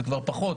זה כבר פחות.